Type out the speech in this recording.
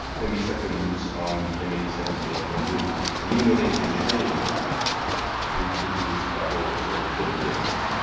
we set them loose on the m eight seven data a new. and even though they had been trained to produce doubles are filled discs,